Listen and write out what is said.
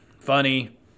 funny